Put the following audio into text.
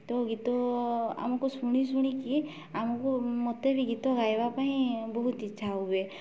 ତ ଗୀତ ଆମକୁ ଶୁଣି ଶୁଣିକି ଆମକୁ ମୋତେ ବି ଗୀତ ଗାଇବା ପାଇଁ ବହୁତ ଇଚ୍ଛା ହୁଏ